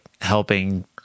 helping